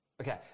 okay